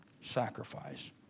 sacrifice